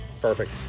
Perfect